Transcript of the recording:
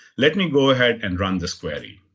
let me go ahead and run this query.